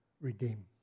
redeem